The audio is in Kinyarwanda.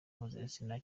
mpuzabitsina